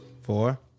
four